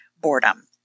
boredom